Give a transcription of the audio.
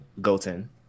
goten